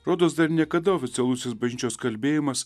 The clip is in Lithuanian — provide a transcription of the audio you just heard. rodos dar niekada oficialusis bažnyčios kalbėjimas